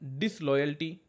disloyalty